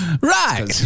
Right